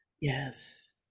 Yes